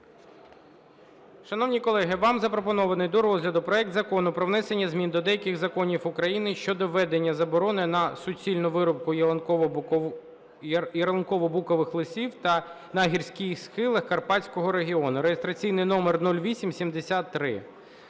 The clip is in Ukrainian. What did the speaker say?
Шановні колеги, вам запропонований до розгляду проект Закону про внесення змін до деяких законів України (щодо введення заборони на суцільну вирубку ялицево-букових лісів на гірських схилах Карпатського регіону (реєстраційний номер 0873).